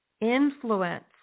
influence